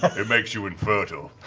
it makes you infertile.